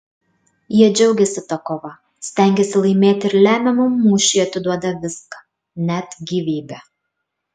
jie džiaugiasi ta kova stengiasi laimėti ir lemiamam mūšiui atiduoda viską net gyvybę